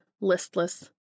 listless